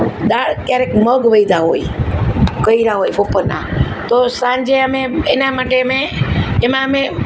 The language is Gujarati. દાળ ક્યારેક મગ વધ્યા હોય કર્યા હોય બપોરના તો સાંજે અમે એના માટે અમે એમાં અમે